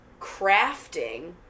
crafting